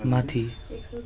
माथि